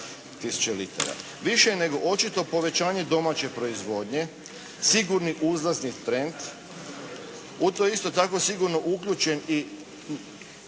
Više je nego očito povećanje domaće proizvodnje, sigurni uzlazni trend. U to je isto tako sigurno uključen i